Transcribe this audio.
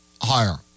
higher